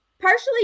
partially